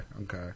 Okay